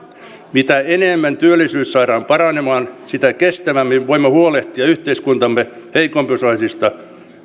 mitä enemmän työllisyys saadaan paranemaan sitä kestävämmin voimme huolehtia yhteiskuntamme heikompiosaisista